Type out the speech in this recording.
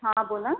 हा हा बोला